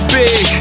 big